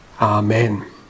Amen